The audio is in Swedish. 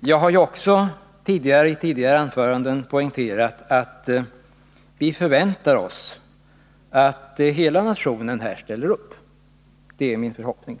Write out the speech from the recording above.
Jag har ju tidigare poängterat att vi förväntar oss att hela Fredagen den nationen ställer upp. Det är min förhoppning.